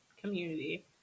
Community